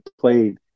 played